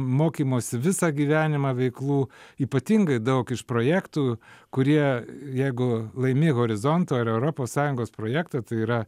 mokymosi visą gyvenimą veiklų ypatingai daug iš projektų kurie jeigu laimi horizonto ar europos sąjungos projektą tai yra